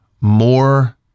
more